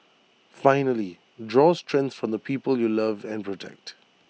finally draw strength from the people you love and protect